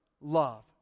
love